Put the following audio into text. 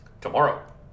Tomorrow